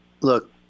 look